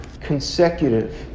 consecutive